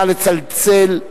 נא לצלצל,